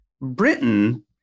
Britain